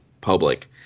public